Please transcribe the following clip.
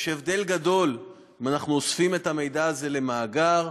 יש הבדל גדול אם אנחנו אוספים את המידע הזה למאגר,